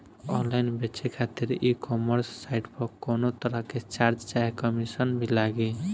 Online बेचे खातिर e commerce site पर कौनोतरह के चार्ज चाहे कमीशन भी लागी?